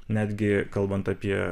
netgi kalbant apie